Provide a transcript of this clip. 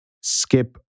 skip